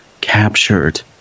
Captured